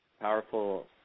powerful